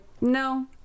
no